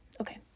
Okay